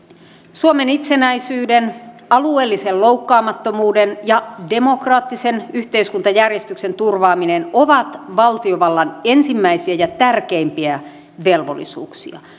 suomen itsenäisyyden alueellisen loukkaamattomuuden ja demokraattisen yhteiskuntajärjestyksen turvaaminen ovat valtiovallan ensimmäisiä ja tärkeimpiä velvollisuuksia